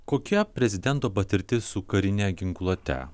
kokia prezidento patirtis su karine ginkluote